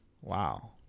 Wow